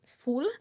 full